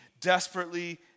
desperately